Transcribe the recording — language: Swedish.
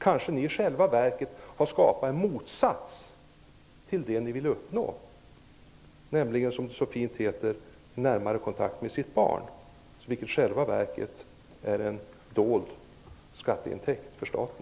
Kanske ni i själva verket har skapat en motsats till det ni vill uppnå, dvs., som det så fint heter, ''närmare kontakt med barnen''. Det är i själva verket en dold skatteintäkt för staten.